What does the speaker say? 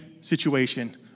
situation